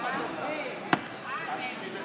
רבותיי חברי הכנסת,